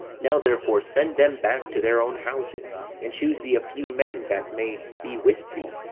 now, therefore, send them back to their own houses and choose thee a few men that may be with thee,